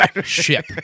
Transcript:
Ship